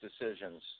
decisions